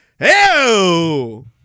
Ew